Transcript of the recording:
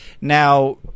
Now